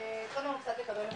התחלנו קצת לקבל נתונים,